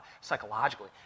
psychologically